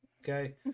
Okay